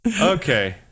Okay